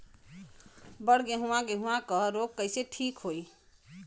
बड गेहूँवा गेहूँवा क रोग कईसे ठीक होई?